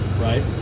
right